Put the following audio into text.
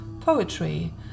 poetry